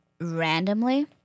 randomly